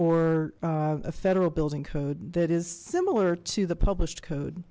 or a federal building code that is similar to the published code